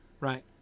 Right